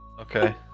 okay